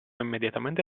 immediatamente